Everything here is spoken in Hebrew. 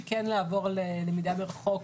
כן לעבור ללמידה מרחוק